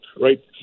right